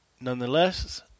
nonetheless